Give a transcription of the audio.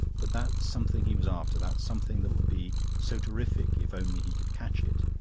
but that something he was after, that something that would be so terrific if only he could catch it